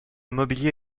mobilier